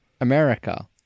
America